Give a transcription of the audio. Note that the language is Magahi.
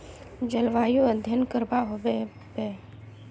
जलवायु अध्यन करवा होबे बे?